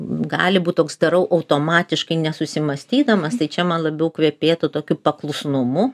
gali būt toks darau automatiškai nesusimąstydamas tai čia man labiau kvepėtų tokiu paklusnumu